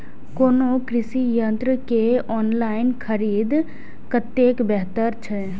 कोनो कृषि यंत्र के ऑनलाइन खरीद कतेक बेहतर छै?